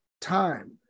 time